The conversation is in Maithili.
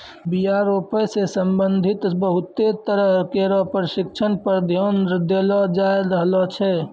बीया रोपै सें संबंधित बहुते तरह केरो परशिक्षण पर ध्यान देलो जाय रहलो छै